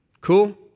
Cool